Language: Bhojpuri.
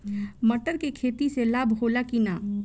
मटर के खेती से लाभ होला कि न?